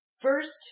first